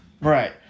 Right